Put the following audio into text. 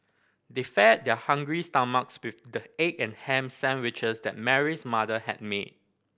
they fed their hungry stomachs with the egg and ham sandwiches that Mary's mother had made